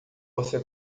você